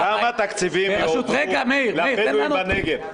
--- כמה תקציבים יועברו לבדואים בנגב?